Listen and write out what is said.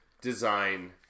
design